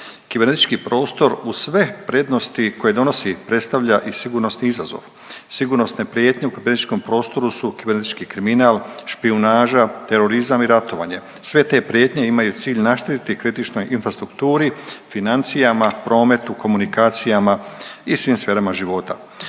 Kibernetički prostor uz sve prednosti koje donosi predstavlja i sigurnosni izazov. Sigurnosne prijetnje u kibernetičkom prostoru su kibernetički kriminal, špijunaža, terorizam i ratovanje sve te prijetnje imaju cilj naštetiti kritičnoj infrastrukturi, financijama, prometu, komunikacijama i svim sferama života.